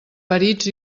perits